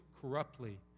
corruptly